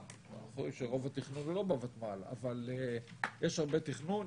יכול להיות שרוב התכנון הוא לא בוותמ"ל אבל יש הרבה תכנון,